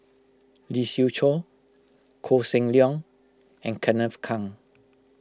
Lee Siew Choh Koh Seng Leong and Kenneth Keng